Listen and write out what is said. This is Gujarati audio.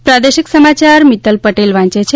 પ્રાદેશિક સમાયાર મિત્તલ પટેલ વાંચે છે